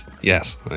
Yes